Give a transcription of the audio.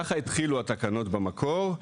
ככה התחילו התקנות במקור.